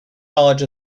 college